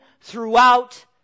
throughout